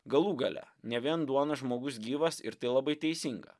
galų gale ne vien duona žmogus gyvas ir tai labai teisinga